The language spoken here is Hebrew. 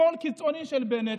שמאל קיצוני של בנט,